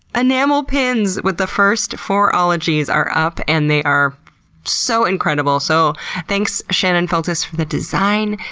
enamel pins with the first four ologies are up, and they are so incredible. so thanks shannon feltus for the design,